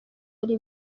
ari